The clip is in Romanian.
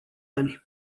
ani